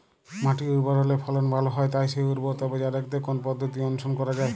মাটি উর্বর হলে ফলন ভালো হয় তাই সেই উর্বরতা বজায় রাখতে কোন পদ্ধতি অনুসরণ করা যায়?